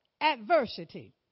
adversity